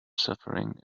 suffering